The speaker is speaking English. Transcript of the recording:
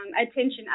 attention